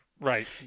Right